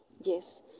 Yes